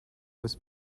was